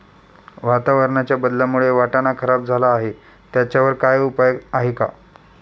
वातावरणाच्या बदलामुळे वाटाणा खराब झाला आहे त्याच्यावर काय उपाय आहे का?